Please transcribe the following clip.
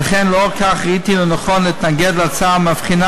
ולאור כך ראיתי לנכון להתנגד להצעה המבחינה